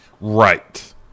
Right